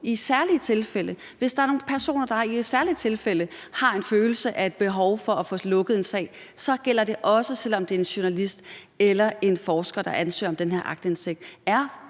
er et udgangspunkt. Hvis der er nogle personer, der i særlige tilfælde har en følelse af et behov for at få lukket en sag, gælder det også, selv om det er en journalist eller en forsker, der ansøger om den her aktindsigt.